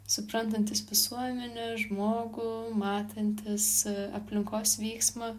suprantantis visuomenę žmogų matantis aplinkos vyksmą